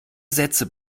sätze